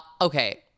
Okay